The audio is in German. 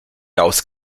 aus